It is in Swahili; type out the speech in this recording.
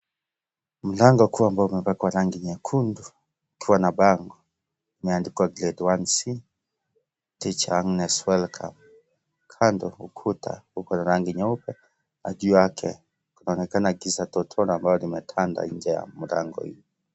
Mlango kuu ambao umepakwa rangi nyekundu ukiwa na bango umeandikwa grade 1c teacher Agnes welcome kando ukuta uko na rangi nyeupe na juu yake kunaonekana giza totoro ambao limetanda nje ya mlango hiyo.